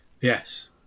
Yes